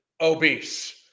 obese